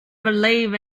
believe